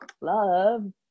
love